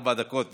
ארבע דקות בדיוק.